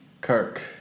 Kirk